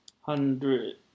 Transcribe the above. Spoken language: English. hundred